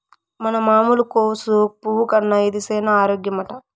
మన మామూలు కోసు పువ్వు కన్నా ఇది సేన ఆరోగ్యమట